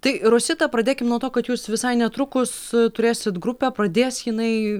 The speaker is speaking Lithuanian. tai rosita pradėkim nuo to kad jūs visai netrukus turėsit grupę pradės jinai